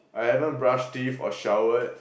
I haven't brush teeth or showered